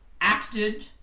acted